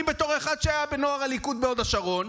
אני בתור אחד שהיה בנוער הליכוד בהוד השרון,